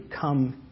come